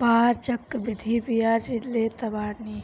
पअ चक्रवृद्धि बियाज लेत बाने